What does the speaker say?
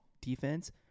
defense